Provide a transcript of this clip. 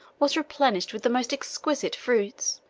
was replenished with the most exquisite fruits,